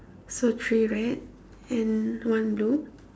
so three red and one blue